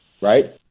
Right